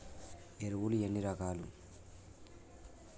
ఎరువులు ఎన్ని రకాలు?